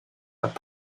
where